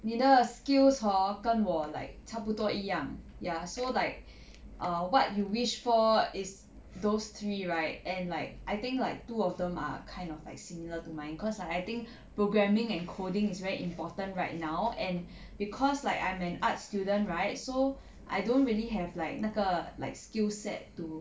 你的 skills hor 跟我 like 差不多一样 ya so like err what you wish for is those three right and like I think like two of them are kind of like similar to mine cause I think programming and coding is very important right now and cause like I'm an art's student right so I don't really have like 那个 like skill set to